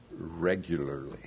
regularly